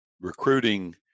recruiting